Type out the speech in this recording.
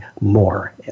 more